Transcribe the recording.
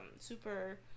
super